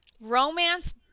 Romance